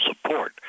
support